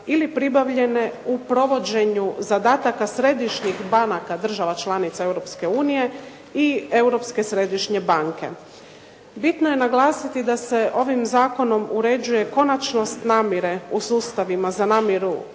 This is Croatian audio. ili pribavljene u provođenju zadataka središnjih banaka država članica Europske unije i Europske središnje banke. Bitno je naglasiti da se ovim zakonom uređuje konačnost namire u sustavima za namiru